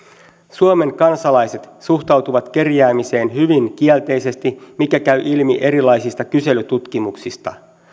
suomen kansalaiset suhtautuvat kerjäämiseen hyvin kielteisesti mikä käy ilmi erilaisista kyselytutkimuksista